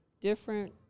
different